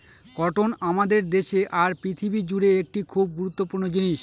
cotton আমাদের দেশে আর পৃথিবী জুড়ে একটি খুব গুরুত্বপূর্ণ জিনিস